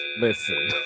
listen